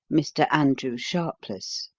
mr. andrew sharpless.